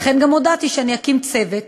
לכן גם הודעתי שאני אקים צוות